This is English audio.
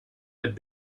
had